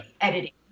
editing